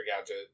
Gadget